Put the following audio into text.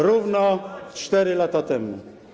Równo 4 lata temu.